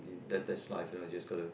that that's life you know just got to